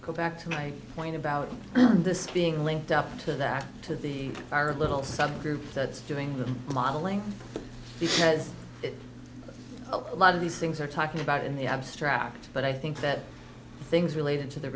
go back to my point about this being linked up to that to the our little subgroup that's doing the modeling he said a lot of these things are talking about in the abstract but i think that things related to the